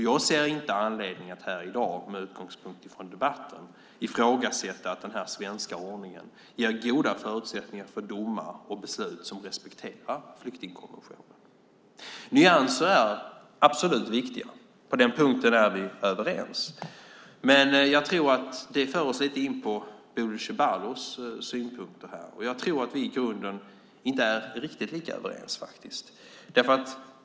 Jag ser ingen anledning att här i dag med utgångspunkt i debatten ifrågasätta att den svenska ordningen ger goda förutsättningar för domar och beslut som respekterar flyktingkonventionen. Nyanser är absolut viktiga. På den punkten är vi överens. Men det för oss in på Bodil Ceballos synpunkter här. Jag tror att vi i grunden inte är riktigt lika överens.